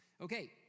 Okay